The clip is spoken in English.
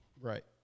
Right